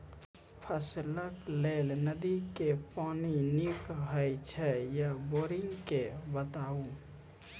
फसलक लेल नदी के पानि नीक हे छै या बोरिंग के बताऊ?